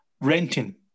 Renting